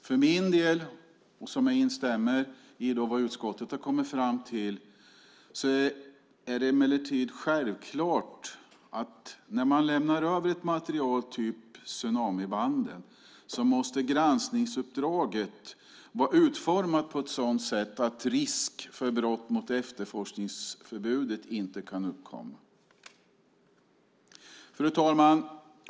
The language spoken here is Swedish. För min del - jag instämmer i vad utskottet har kommit fram till - är det emellertid självklart att granskningsuppdraget när man lämnar över ett material, typ tsunamibanden, måste vara utformat på ett sådant sätt att risk för brott mot efterforskningsförbudet inte kan uppkomma. Fru talman!